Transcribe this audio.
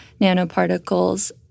nanoparticles